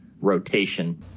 rotation